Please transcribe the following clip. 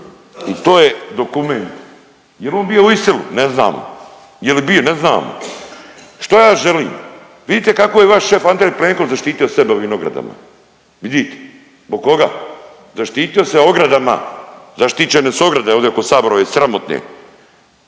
I to je dokument. Jel on bio u Isilu, ne znamo. Je li bio, ne znamo. Što ja želim? Vidite kako je vaš šef Andrej Plenković zaštitio sebe ovim ogradama. Vidite. Zbog koga? Zaštitio se ogradama, zaštićene su ograde ovdje oko sabora ove sramotne,